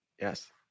yes